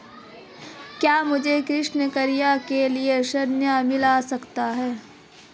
क्या मुझे कृषि कार्य के लिए ऋण मिल सकता है?